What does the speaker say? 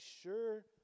sure